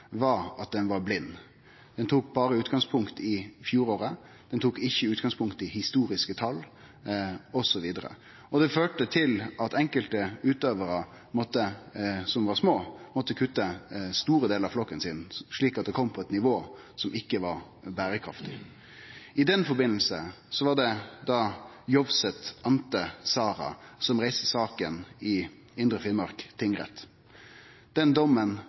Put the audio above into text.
at ho var blind. Ein tok berre utgangspunkt i fjoråret, ein tok ikkje utgangspunkt i historiske tal osv. Det førte til at enkelte små utøvarar måtte kutte store delar av flokken sin, slik at det kom på eit nivå som ikkje er berekraftig. I den forbindelse var det Jovsset Ante Sara reiste sak i Indre Finnmark tingrett. Ifølgje dommen